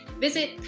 visit